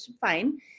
fine